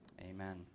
Amen